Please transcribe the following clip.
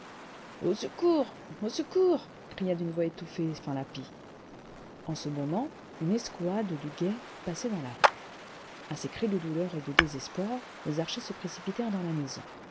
au secours au secours î cria d'une voix étouffée finlappi en ce moment une escouade du guet passait dans la rue a ces cris de douleur et de désespoir les archers se précipitèrent dans la maison